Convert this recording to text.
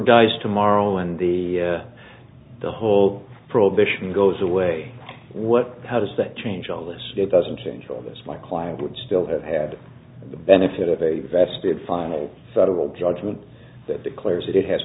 dies tomorrow and the the whole prohibition goes away what how does that change all this it doesn't change all of this my client would still have had the benefit of a vested final federal judgment that declares tha